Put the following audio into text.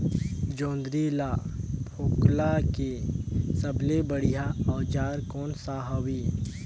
जोंदरी ला फोकला के सबले बढ़िया औजार कोन सा हवे?